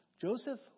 Joseph